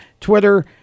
Twitter